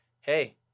hey